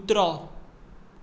कुत्रो